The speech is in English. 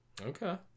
Okay